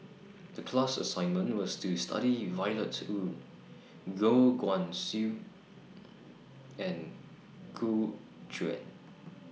The class assignment was to study about Violet Oon Goh Guan Siew and Gu Juan